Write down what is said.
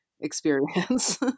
experience